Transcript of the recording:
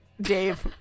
dave